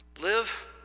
Live